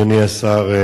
אדוני השר,